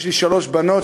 יש לי שלוש בנות,